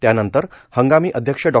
त्यानंतर हंगामी अध्यक्ष डॉ